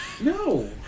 No